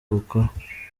bukora